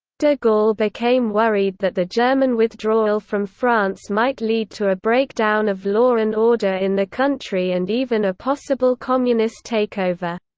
de gaulle became worried that the german withdrawal from france might lead to a breakdown of law and order in the country and even a possible communist takeover.